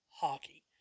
hockey